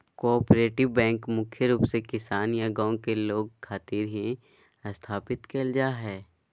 cooperative bank मुख्य रूप से किसान या गांव के लोग खातिर ही स्थापित करल जा हय